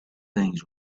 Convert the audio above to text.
things